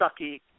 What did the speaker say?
sucky